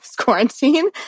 quarantine